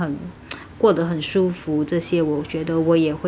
过得很舒服这些我觉得我也会